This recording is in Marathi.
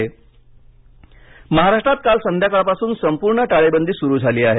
राज्य टाळेबदी महाराष्ट्रात काल संध्याकाळपासून संपूर्ण टाळेबंदी सुरू झाली आहे